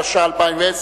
התש"ע 2010,